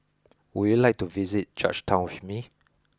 would you like to visit Georgetown with me